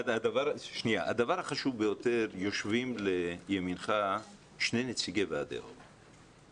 הדבר החשוב ביותר הוא שיושבים לימינך שני נציגי ועדי הורים.